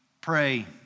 pray